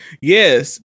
Yes